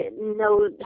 no